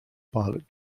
pilot